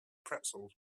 pretzels